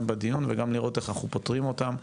בדיון וגם לראות איך אנחנו פותרים אותם.